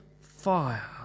fire